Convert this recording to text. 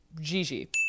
Gigi